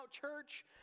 Church